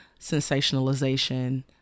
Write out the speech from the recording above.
sensationalization